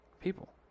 people